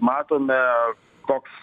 matome koks